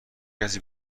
کسی